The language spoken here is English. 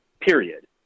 period